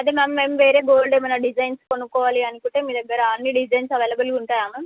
అదే మ్యామ్ మేము వేరే గోల్డ్ ఏమైనా డిజైన్స్ కొనుక్కోవాలి అనుకుంటే మీ దగ్గర అన్నీ డిజైన్స్ అవైలబుల్గా ఉంటాయా మ్యామ్